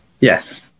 Yes